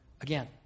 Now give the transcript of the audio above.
again